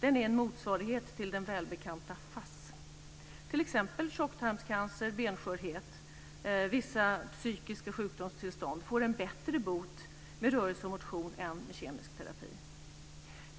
som är en motsvarighet till den välbekanta FASS. T.ex. tjocktarmscancer, benskörhet och vissa psykiska sjukdomstillstånd får en bättre bot med rörelse och motion än med kemisk terapi.